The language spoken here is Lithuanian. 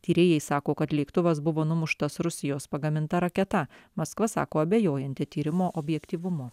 tyrėjai sako kad lėktuvas buvo numuštas rusijos pagaminta raketa maskva sako abejojanti tyrimo objektyvumu